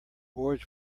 boards